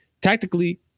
tactically